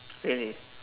really